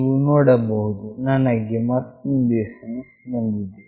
ನೀವು ನೋಡಬಹುದು ನನಗೆ ಮತ್ತೊಂದು SMS ಬಂದಿದೆ